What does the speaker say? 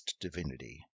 divinity